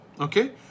Okay